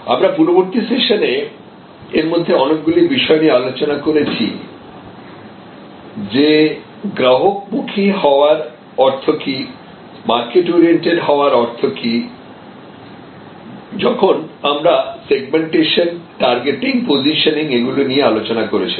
আমরা পূর্ববর্তী সেশনে এর মধ্যে অনেকগুলি বিষয় নিয়ে আলোচনা করেছি যে গ্রাহকমুখী হওয়ার অর্থ কী মার্কেট অরিয়েন্টেড হওয়ার অর্থ কী যখন আমরা সেগমেন্টেশন টার্গেটিং পজিশনিং এগুলি নিয়ে আলোচনা করেছিলাম